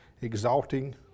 exalting